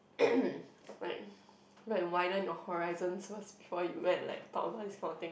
like like widen your horizons first before you go and like talk about this kind of thing